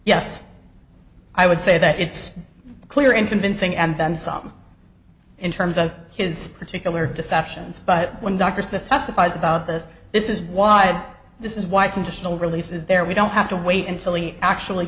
yes i would say that it's clear and convincing and then some in terms of his particular deceptions but when dr smith testifies about this this is why this is why conditional release is there we don't have to wait until he actually